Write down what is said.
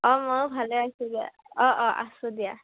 অঁ ময়ো ভালে আছো দিয়া অঁ অঁ আছোঁ দিয়া